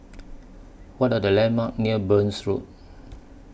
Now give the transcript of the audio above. What Are The landmarks near Burns Road